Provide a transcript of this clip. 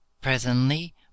Presently